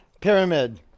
Pyramid